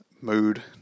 mood